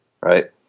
Right